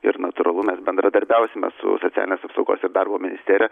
ir natūralu mes bendradarbiausime su socialinės apsaugos ir darbo ministerija